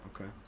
Okay